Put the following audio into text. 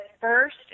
first